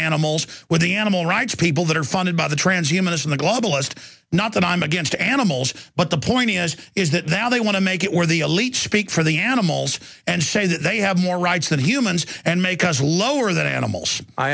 animals with the animal rights people that are funded by the trans humans and the globalist not that i'm against animals but the point is is that now they want to make it where the elites speak for the animals and show that they have more rights than humans and make us lower than animals i